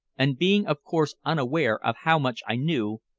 and being of course unaware of how much i knew,